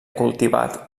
cultivat